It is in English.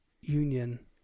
union